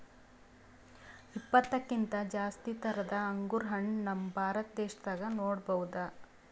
ಇಪ್ಪತ್ತಕ್ಕಿಂತ್ ಜಾಸ್ತಿ ಥರದ್ ಅಂಗುರ್ ಹಣ್ಣ್ ನಮ್ ಭಾರತ ದೇಶದಾಗ್ ನೋಡ್ಬಹುದ್